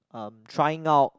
um trying out